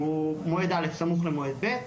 מועד א' סמוך למועד ב',